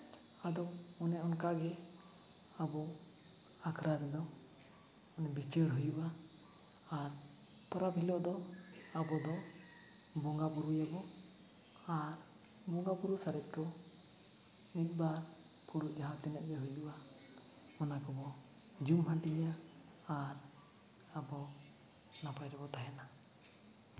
ᱟᱫᱚ ᱚᱱᱮ ᱚᱱᱠᱟ ᱜᱮ ᱟᱵᱚ ᱟᱠᱷᱲᱟ ᱨᱮᱫᱚ ᱢᱟᱱᱮ ᱵᱤᱪᱟᱹᱨ ᱦᱩᱭᱩᱜᱼᱟ ᱟᱨ ᱯᱚᱨᱚᱵᱽ ᱦᱤᱞᱳᱜ ᱫᱚ ᱟᱵᱚ ᱫᱚ ᱵᱚᱸᱜᱟᱼᱵᱩᱨᱩᱭᱟᱵᱚ ᱟᱨ ᱵᱚᱸᱜᱟᱼᱵᱩᱨᱩ ᱥᱟᱨᱮᱡ ᱠᱚ ᱢᱤᱫ ᱵᱟᱨ ᱯᱩᱨᱟᱹ ᱡᱟᱦᱟᱸ ᱛᱤᱱᱟᱹᱜ ᱜᱮ ᱦᱩᱭᱩᱜᱼᱟ ᱚᱱᱟ ᱠᱚᱵᱚ ᱡᱚᱢ ᱦᱟᱹᱴᱤᱧᱟ ᱟᱨ ᱟᱵᱚ ᱱᱟᱯᱟᱭ ᱨᱮᱵᱚ ᱛᱟᱦᱮᱱᱟ